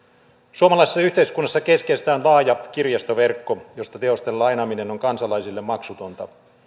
suomalaisessa yhteiskunnassa keskeistä on laaja kirjastoverkko josta teosten lainaaminen on kansalaisille maksutonta